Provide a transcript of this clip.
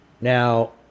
now